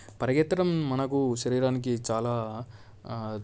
పరిగెత్తడం మనకు శరీరానికి చాలా